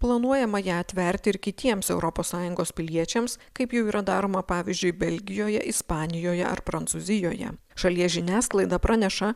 planuojama ją atverti ir kitiems europos sąjungos piliečiams kaip jau yra daroma pavyzdžiui belgijoje ispanijoje ar prancūzijoje šalies žiniasklaida praneša